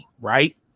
right